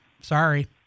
sorry